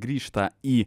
grįžta į